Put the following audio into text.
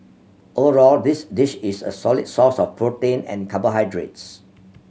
overall this dish is a solid source of protein and carbohydrates